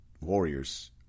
Warriors